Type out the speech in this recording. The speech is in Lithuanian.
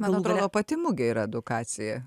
man atrodo pati mugė yra edukacija